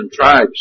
tribes